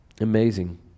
amazing